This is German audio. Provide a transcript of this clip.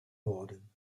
worden